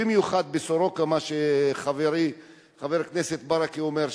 במיוחד ב"סורוקה" מה שחברי חבר הכנסת ברכה אומר,